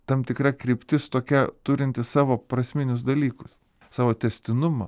tam tikra kryptis tokia turinti savo prasminius dalykus savo tęstinumą